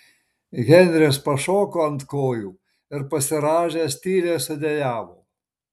henris pašoko ant kojų ir pasirąžęs tyliai sudejavo